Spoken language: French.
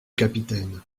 capitaine